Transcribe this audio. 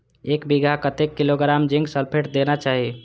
एक बिघा में कतेक किलोग्राम जिंक सल्फेट देना चाही?